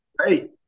Ready